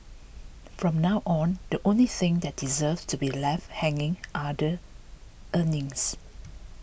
from now on the only thing that deserves to be left hanging are the earrings